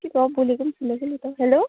के भयो हौ बोलेको पनि सुनेको छैन त हो